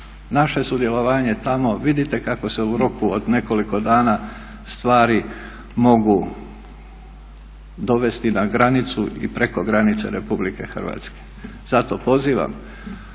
naše sudjelovanje tamo vidite kako se u roku od nekoliko dana stvari mogu dovesti na granicu i preko granica RH. Zato pozivam